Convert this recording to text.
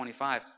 25